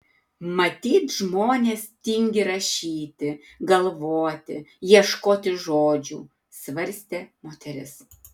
matyt žmonės tingi rašyti galvoti ieškoti žodžių svarstė moteris